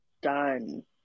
done